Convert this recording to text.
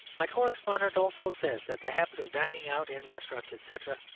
my correspondent also says that the habit of dining out in restaurants, etc,